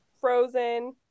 frozen